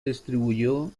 distribuyó